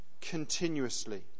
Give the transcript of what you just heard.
continuously